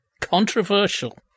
Controversial